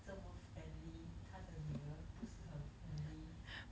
这么 friendly 她的女儿不是很 friendly